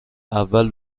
اول